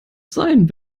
sein